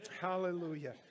Hallelujah